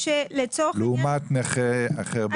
לעומת נכה אחר בוועדה הזו?